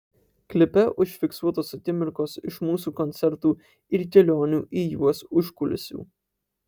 klipe užfiksuotos akimirkos iš mūsų koncertų ir kelionių į juos užkulisių